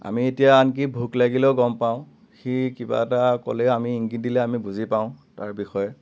আমি এতিয়া আনকি ভোক লাগিলেও গম পাওঁ সি কিবা এটা ক'লেই আমি ইংগিত দিলে আমি বুজি পাওঁ তাৰ বিষয়ে